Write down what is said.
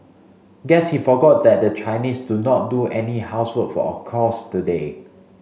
guess he forgot that the Chinese do not do any housework for today